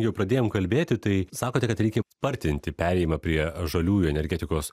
jau pradėjom kalbėti tai sakote kad reikia spartinti perėjimą prie žaliųjų energetikos